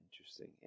Interesting